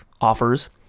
offers